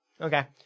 Okay